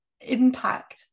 impact